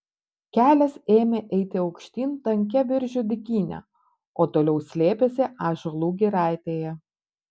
kelias ėmė eiti aukštyn tankia viržių dykyne o toliau slėpėsi ąžuolų giraitėje